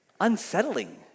unsettling